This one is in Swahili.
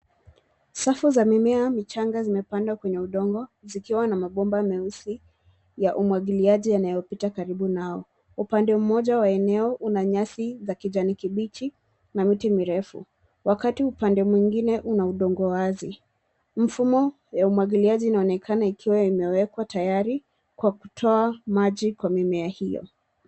Safu za mimea michanga zimepangwa kwenye udongo zikiwa na mabomba meusi ya umwagiliaji yanayopita karibu nao. Upande mmoja wa eneo una nyasi za kijani kibichi na miti mirefu wakati upande mwingine una udongo wazi. Mfumo ya umwagiliaji inaonekana ikiwa imewekwa tayari kwa kutoa maji kwa mimea hiyo.